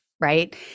right